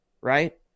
right